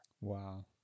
Wow